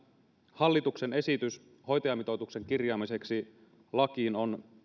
hallituksen esitys hoitajamitoituksen kirjaamiseksi lakiin on